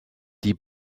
die